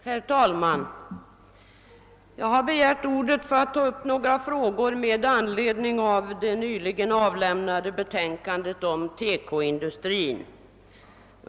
Herr talman! Jag har begärt ordet för att ta upp några frågor med anledning av det nyligen avlämnade betänkandet om TEKO-industrin.